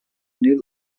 new